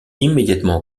immédiatement